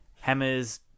hammers